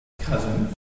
cousin